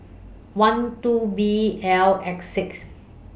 one two B L X six